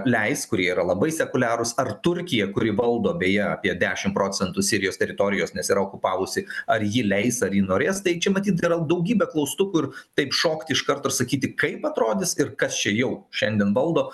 leis kurie yra labai sekuliarūs ar turkija kuri valdo beje apie dešim procentų sirijos teritorijos nes yra okupavusi ar ji leis ar ji norės tai čia matyt yra daugybė klaustukų ir taip šokti iš karto ir sakyti kaip atrodys ir kas čia jau šiandien valdo